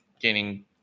gaining